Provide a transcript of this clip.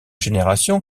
génération